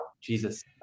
Jesus